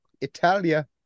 italia